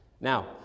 Now